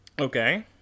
Okay